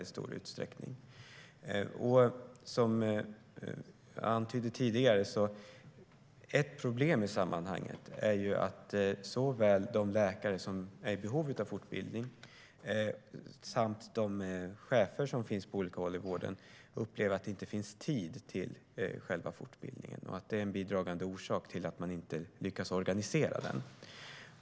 Som jag antydde tidigare är ett problem i sammanhanget att såväl de läkare som är i behov av fortbildning som de chefer som finns på olika håll i vården upplever att det inte finns tid till själva fortbildningen, och det är en bidragande orsak till att man inte lyckas organisera den.